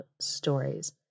stories